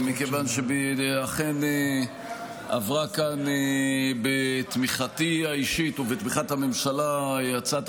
אכן עברה כאן בתמיכתי האישית ובתמיכת הממשלה הצעת